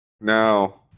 now